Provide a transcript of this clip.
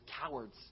cowards